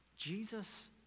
Jesus